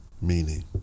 Meaning